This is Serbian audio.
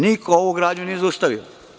Niko ovu gradnju nije zaustavio.